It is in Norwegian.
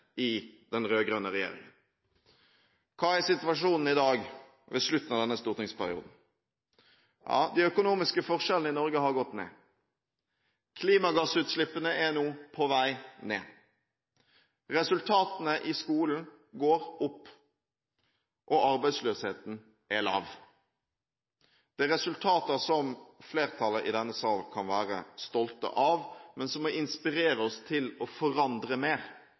i den rød-grønne regjeringen. Hva er situasjonen i dag, ved slutten av denne stortingsperioden? De økonomiske forskjellene i Norge har gått ned, klimagassutslippene er nå på vei ned, resultatene i skolen går opp, og arbeidsløsheten er lav. Dette er resultater som flertallet i denne salen kan være stolte av, men som må inspirere oss til å forandre mer